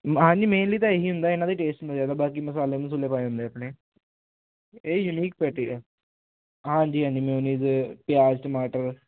ਹਾਂਜੀ ਮੇਨਲੀ ਤਾਂ ਇਹੀ ਹੁੰਦਾ ਇਹਨਾਂ ਦੇ ਟੇਸਟ ਮਿਲਿਆ ਬਾਕੀ ਮਸਾਲੇ ਮਸੂਲੇ ਪਾਏ ਹੁੰਦੇ ਆਪਣੇ ਇਹ ਯੂਨੀਕ ਪੈਟੀ ਆ ਹਾਂਜੀ ਹਾਂਜੀ ਮੀਨਜ ਪਿਆਜ ਟਮਾਟਰ